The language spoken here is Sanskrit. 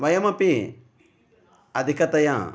वयमपि अधिकतया